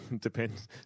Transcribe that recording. depends